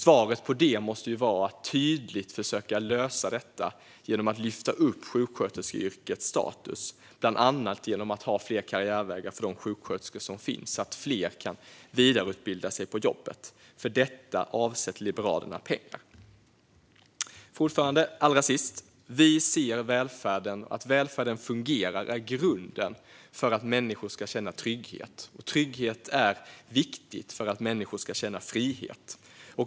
Svaret på det måste vara att tydligt försöka lösa detta genom att lyfta upp sjuksköterskeyrkets status, bland annat genom att ha fler karriärvägar för de sjuksköterskor som finns och genom att fler kan vidareutbilda sig på jobbet. För detta avsätter Liberalerna pengar. Fru talman! Att välfärden fungerar är grunden för att människor ska känna trygghet. Trygghet är viktigt för att människor ska känna frihet.